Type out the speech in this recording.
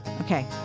Okay